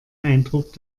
eindruck